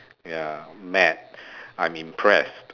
ya mad I'm impressed